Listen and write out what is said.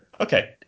Okay